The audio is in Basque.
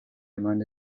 eman